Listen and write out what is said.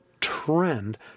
trend